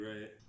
right